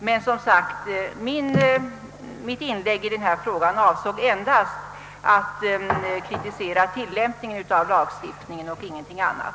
Men mitt inlägg i denna fråga avsåg endast att kritisera tillämpning en av lagstiftningen och ingenting annat.